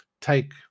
take